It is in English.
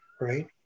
right